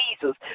Jesus